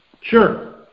Sure